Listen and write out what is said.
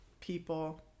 people